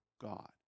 God